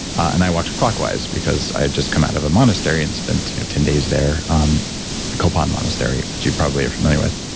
and i walked clockwise, because i had just come out of a monastery and spent ten days there um and ah and monastery, which you probably are familiar with.